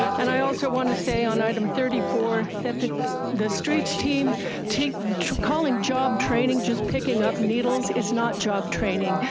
and i also wanna say on item thirty four, that the the streets team take calling job training, just picking up needles is not job training,